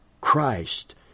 Christ